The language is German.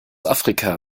afrika